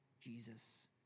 Jesus